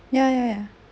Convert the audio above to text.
ya ya ya